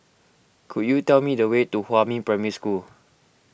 could you tell me the way to Huamin Primary School